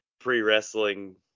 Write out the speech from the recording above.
pre-wrestling